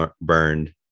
burned